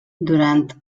durant